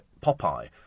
Popeye